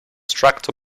tractor